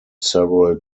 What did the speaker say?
several